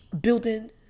building